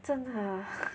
真好